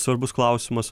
svarbus klausimas